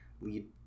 lead